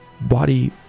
body